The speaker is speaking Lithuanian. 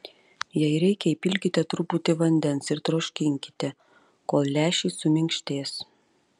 jei reikia įpilkite truputį vandens ir troškinkite kol lęšiai suminkštės